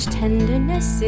tenderness